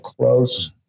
close